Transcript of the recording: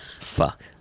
Fuck